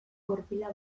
gurpila